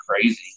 crazy